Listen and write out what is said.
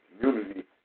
community